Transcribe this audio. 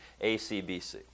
ACBC